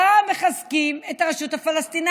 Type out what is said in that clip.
רע"מ מחזקים את הרשות הפלסטינית.